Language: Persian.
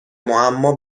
معما